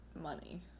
money